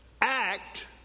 Act